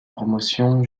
promotion